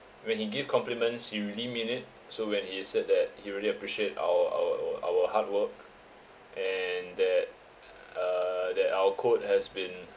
when he give compliments he really mean it so when he said that he really appreciate our our our hard work and that uh that our code has been